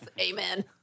amen